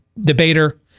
debater